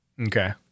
Okay